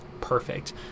perfect